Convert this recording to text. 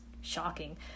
shocking